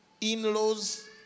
in-laws